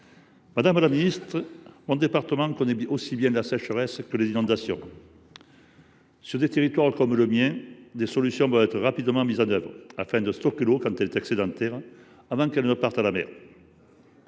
Madame la ministre, mon département connaît aussi bien la sécheresse que les inondations. Sur des territoires comme celui ci, des solutions doivent être rapidement trouvées pour stocker l’eau, lorsqu’elle est excédentaire, avant qu’elle ne parte à la mer.